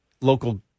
Local